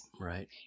right